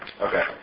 Okay